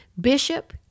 Bishop